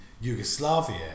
Yugoslavia